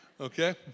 okay